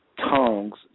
tongues